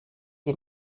dir